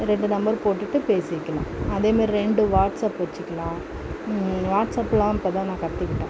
ரெண்டு நம்பர் போட்டுகிட்டு பேசிக்கலாம் அதே மாரி ரெண்டு வாட்ஸ்அப் வெச்சுக்கிலாம் வாட்ஸ்அப்லாம் இப்போ தான் நான் கற்றுக்கிட்டேன்